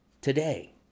today